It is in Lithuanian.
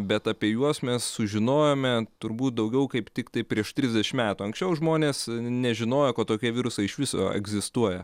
bet apie juos mes sužinojome turbūt daugiau kaip tiktai prieš trisdešimt metų anksčiau žmonės nežinojo kad tokie virusai iš viso egzistuoja